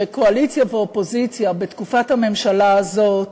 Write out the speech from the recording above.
שקואליציה ואופוזיציה בתקופת הממשלה הזאת